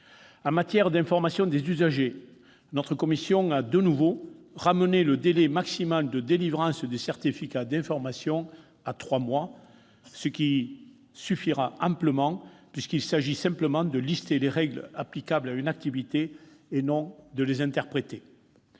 En matière d'information des usagers, notre commission a de nouveau ramené le délai maximal de délivrance du certificat d'information à trois mois, ce qui suffira amplement puisqu'il s'agit simplement de lister les règles applicables à une activité et non de les interpréter.